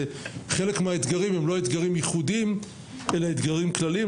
וחלק מהאתגרים הם לא אתגרים ייחודיים אלא אתגרים כלליים,